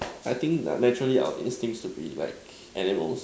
I think uh naturally our instincts will be like animals